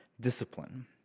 discipline